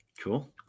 Cool